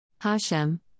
HaShem